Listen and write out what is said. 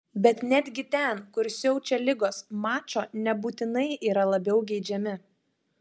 bet netgi ten kur siaučia ligos mačo nebūtinai yra labiau geidžiami